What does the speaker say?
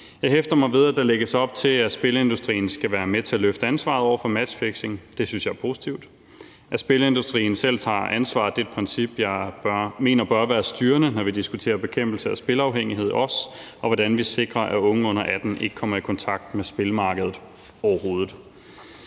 Jeg hæfter mig ved, at der lægges op til, at spilindustrien skal være med til at løfte ansvaret over for matchfixing. Det synes jeg er positivt. At spilindustrien selv tager ansvar, er et princip, jeg mener bør være styrende, når vi diskuterer bekæmpelse af spilafhængighed, og hvordan vi sikrer, at unge under 18 år ikke kommer i kontakt med spilmarkedet overhovedet.